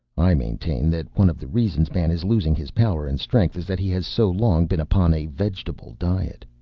i maintain that one of the reasons man is losing his power and strength is that he has so long been upon a vegetable diet.